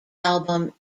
album